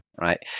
right